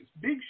big